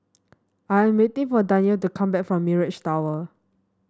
I am waiting for Danyel to come back from Mirage Tower